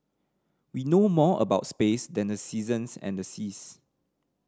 we know more about space than the seasons and the seas